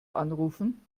anrufen